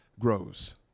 grows